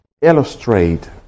illustrate